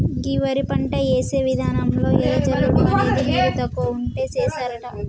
గీ వరి పంట యేసే విధానంలో ఎద జల్లుడు అనేది నీరు తక్కువ ఉంటే సేస్తారట